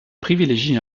privilégie